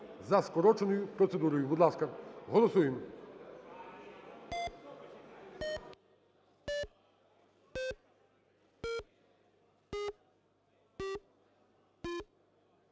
за скороченою процедурою. Будь ласка, голосуємо.